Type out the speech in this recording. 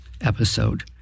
episode